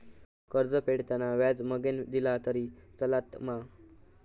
कर्ज फेडताना व्याज मगेन दिला तरी चलात मा?